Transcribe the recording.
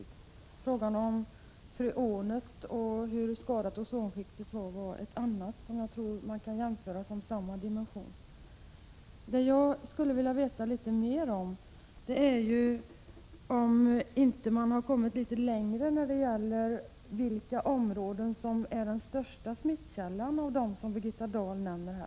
Jag tror att frågan om freonet och förekomsten av skador i ozonskiktet kan anses vara av samma dimension. Vad jag vill veta litet mer om är om man inte kommit litet längre när det gäller att avgöra vilka av de områden som Birgitta Dahl här nämner som är de största utsläppskällorna.